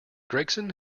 gregson